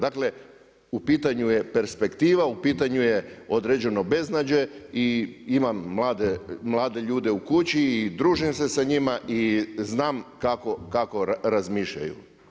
Dakle u pitanju je perspektiva, u pitanju je određeno beznađe i imam mlade ljude u kući i družim se sa njima i znam kako razmišljaju.